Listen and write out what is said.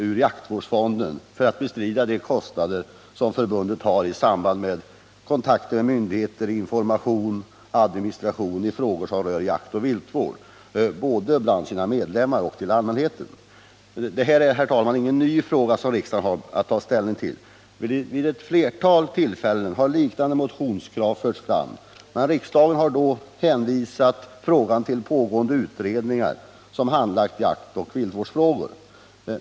ur jaktvårdsfonden för att bestrida de kostnader som förbundet har i samband med kontakter med myndigheter samt för administration och information när det gäller frågor som rör jaktoch viltvård både till sina medlemmar, till övriga jägare och till allmänheten. Detta är ingen ny fråga för riksdagen. Vid ett flertal tillfällen har liknande motionskrav förts fram. Men riksdagen har vid alla dessa tillfällen hänvisat till pågående utredningar som handlagt jaktoch viltvårdsfrågor.